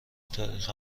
تاریخ